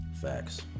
facts